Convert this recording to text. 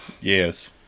Yes